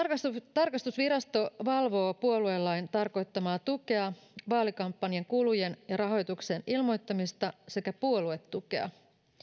tarkastusvirasto valvoo puoluelain tarkoittamaa tukea vaalikampanjan kulujen ja rahoituksen ilmoittamista sekä puoluetukea